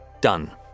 Done